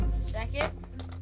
Second